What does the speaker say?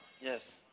Yes